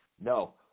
No